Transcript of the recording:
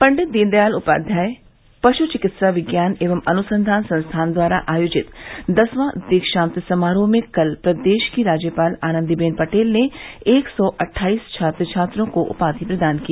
पंडित दीनदयाल उपाध्याय पशु चिकित्सा विज्ञान एवं अनुसंधान संस्थान द्वारा आयोजित दसवाँ दीक्षांत समारोह में कल प्रदेश की राजयपाल आनंदीबेन पटेल ने एक सौ अट्ठाईस छात्र छात्रों को उपाधि प्रदान की